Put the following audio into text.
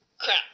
Crap